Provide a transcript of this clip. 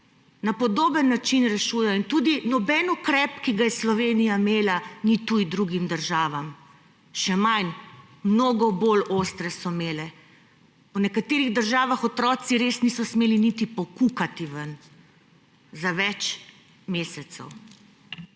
Na podoben način rešujejo in tudi noben ukrep, ki ga je Slovenija imela, ni tuj drugim državam. Še manj, mnogo bolj ostre so imele. Po nekaterih državah otroci res niso smeli niti pokukati ven za več mesecev.